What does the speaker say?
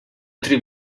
three